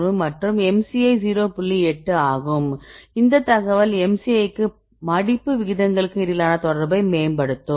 8 ஆகும் இந்த தகவல் MCI க்கும் மடிப்பு விகிதங்களுக்கும் இடையிலான தொடர்பை மேம்படுத்தும்